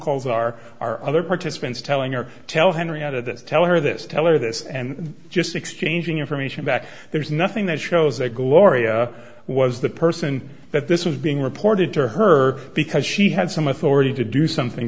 calls are our other participants telling her tell henry other that tell her this tell her this and just exchanging information back there's nothing that shows that gloria was the person that this was being reported to her because she had some authority to do something